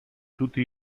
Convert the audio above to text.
tutti